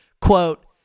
quote